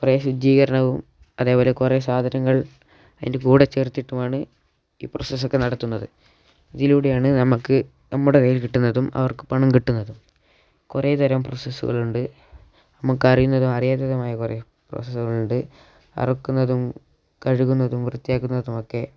കുറേ ശുചീകരണവും അതേപോലെ കുറേ സാധനങ്ങൾ അതിൻ്റെ കൂടെ ചേർത്തിട്ടുമാണ് ഈ പ്രൊസസ്സൊക്കെ നടത്തുന്നത് ഇതിലൂടെയാണ് നമുക്ക് നമ്മുടെ കയ്യിൽ കിട്ടുന്നതും അവർക്ക് പണം കിട്ടുന്നതും കുറേതരം പ്രൊസസ്സുകളുണ്ട് നമുക്ക് അറിയുന്നതും അറിയാത്തതുമായ കുറേ പ്രോസസ്സുകളുണ്ട് അറുക്കുന്നതും കഴുകുന്നതും വൃത്തിയാക്കുന്നതുമൊക്കെ